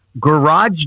garage